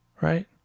Right